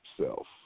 self